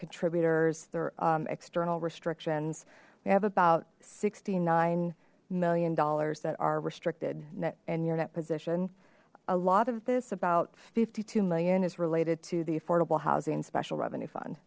contributors their external restrictions we have about sixty nine million dollars that are restricted in your net position a lot of this about fifty two million is related to the affordable housing special revenue fun